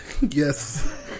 yes